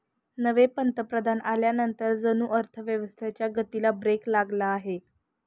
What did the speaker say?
नवे पंतप्रधान आल्यानंतर जणू अर्थव्यवस्थेच्या गतीला ब्रेक लागला आहे